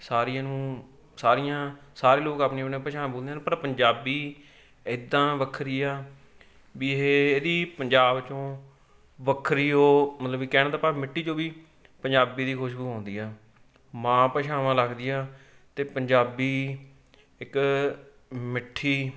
ਸਾਰੀਆਂ ਨੂੰ ਸਾਰੀਆਂ ਸਾਰੇ ਲੋਕ ਆਪਣੀ ਆਪਣੀਆਂ ਭਾਸ਼ਾਵਾਂ ਬੋਲਦੇ ਹਨ ਪਰ ਪੰਜਾਬੀ ਇੱਦਾਂ ਵੱਖਰੀ ਆ ਵੀ ਇਹ ਇਹਦੀ ਪੰਜਾਬ 'ਚੋਂ ਵੱਖਰੀ ਉਹ ਮਤਲਬ ਵੀ ਕਹਿਣ ਦਾ ਭਾਵ ਮਿੱਟੀ 'ਚੋਂ ਵੀ ਪੰਜਾਬੀ ਦੀ ਖੁਸ਼ਬੂ ਆਉਂਦੀ ਆ ਮਾਂ ਭਾਸ਼ਾਵਾਂ ਲੱਗਦੀ ਆਂ ਅਤੇ ਪੰਜਾਬੀ ਇੱਕ ਮਿੱਠੀ